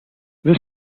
this